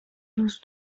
روز